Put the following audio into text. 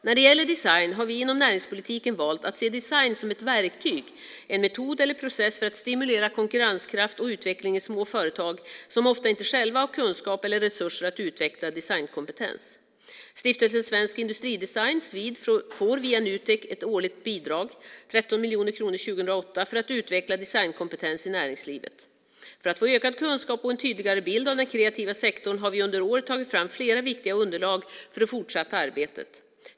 När det gäller design har vi inom näringspolitiken valt att se design som ett verktyg, en metod eller process för att stimulera konkurrenskraft och utveckling i små företag som ofta inte själva har kunskap eller resurser att utveckla designkompetens. Stiftelsen Svensk Industridesign, Svid, får via Nutek ett årligt bidrag, 13 miljoner kronor 2008, för att utveckla designkompetens i näringslivet. För att få ökad kunskap och en tydligare bild av den kreativa sektorn har vi under året tagit fram flera viktiga underlag för det fortsatta arbetet.